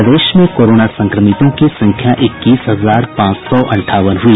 प्रदेश में कोरोना संक्रमितों की संख्या इक्कीस हजार पांच सौ अंठावन हुई